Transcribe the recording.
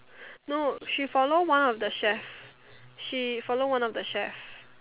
no she follow one of the chef she follow one of the chef